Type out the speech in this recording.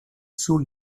sous